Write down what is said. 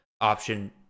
option